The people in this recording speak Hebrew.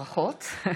ברכות.